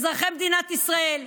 אזרחי מדינת ישראל,